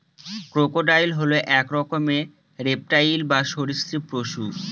crocodile হল এক রকমের রেপ্টাইল বা সরীসৃপ পশু